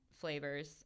flavors